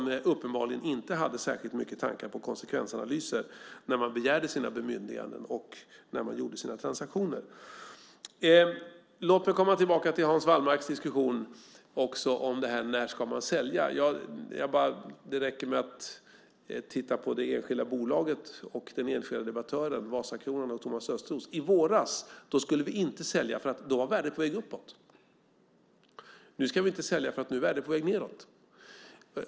Den hade uppenbarligen inte särskilt många tankar på konsekvensanalyser när man begärde sina bemyndiganden och gjorde sina transaktioner. Låt mig komma tillbaka till Hans Wallmarks diskussion om när man ska sälja. Det räcker med att titta på det enskilda bolaget och den enskilda debattören, Vasakronan och Thomas Östros. I våras skulle vi inte sälja, eftersom värdet då var på väg uppåt. Nu ska vi inte sälja, eftersom värdet är på väg nedåt.